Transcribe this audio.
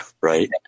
right